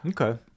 Okay